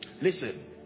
listen